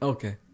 Okay